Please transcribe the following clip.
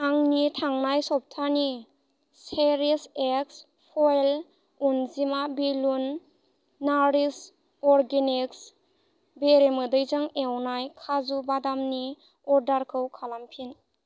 आंनि थांनाय सबथानि चेरिश एक्स फइल अन्जिमा बेलुन नारिश अर्गेनिक्स बेरेमोदैजों एवनाय काजु बादामनि अर्डारखौ खालामफिन